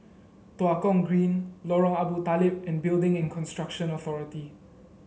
Tua Kong Green Lorong Abu Talib and Building and Construction Authority